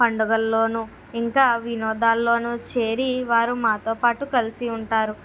పండుగల్లోనూ ఇంకా వినోదాల్లోనూ చేరి వారు మాతో పాటు కలిసి ఉంటారు